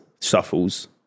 shuffles